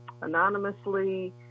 anonymously